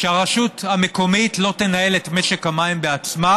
שהרשות המקומית לא תנהל את משק המים בעצמה,